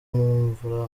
mvura